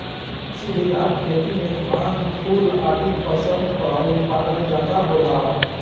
सीढ़ीदार खेती में धान, फूल आदि फसल कअ उत्पादन ज्यादा होला